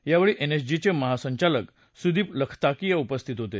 यावेळी एनएसजीचे महासंचालक सुदीप लखताकिया उपस्थित होते